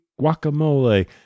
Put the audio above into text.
guacamole